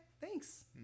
thanks